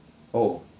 oh